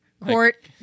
Court